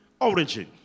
origin